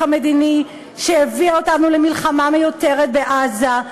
המדיני שהביאה אותנו למלחמה מיותרת בעזה,